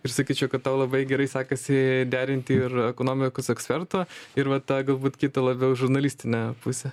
ir sakyčiau kad tau labai gerai sekasi derinti ir ekonomikos eksperto ir va tą galbūt kitą labiau žurnalistinę pusę